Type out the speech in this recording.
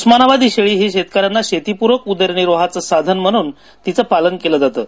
उस्मानाबादी शेळी ही शेतकऱ्यांना शेतीपूरक उदरनिर्वाहाचं साधन म्हणून तिचं पालन केलं जातं